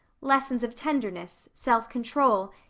lessons of tenderness, self-control,